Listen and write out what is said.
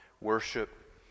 worship